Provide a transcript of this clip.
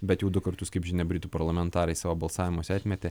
bet jau du kartus kaip žinia britų parlamentarai savo balsavimuose atmetė